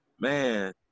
Man